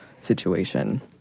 situation